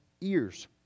ears